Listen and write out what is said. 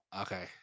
okay